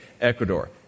Ecuador